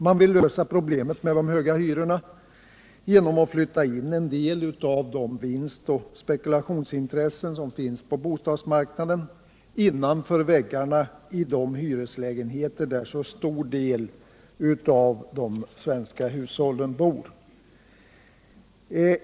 Man vill lösa problemen med de höga hyrorna genom att flytta in en del av de vinst och spekulationsintressen som finns på bostadsmarknaden innanför väggarna på de hyreslägenheter där en så stor del av de svenska hushållen bor.